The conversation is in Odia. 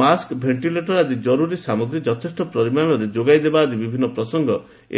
ମାସ୍କ ଭେଷ୍ଟିଲେଟର ଆଦି ଜରୁରି ସାମଗ୍ରୀ ଯଥେଷ୍ଟ ପରିମାଶରେ ଯୋଗାଇବା ଆଦି ବିଭିନ୍ନ ପ୍ରସଙ୍ଗ ଏହି ଅବସରରେ ଆଲୋଚନା ହୋଇଥିଲା